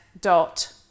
dot